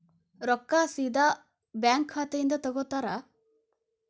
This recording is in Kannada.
ರೊಕ್ಕಾ ಸೇದಾ ಬ್ಯಾಂಕ್ ಖಾತೆಯಿಂದ ತಗೋತಾರಾ?